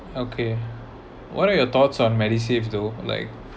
okay what are your thoughts on MediSave though like